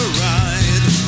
ride